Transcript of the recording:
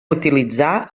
utilitzar